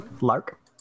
Lark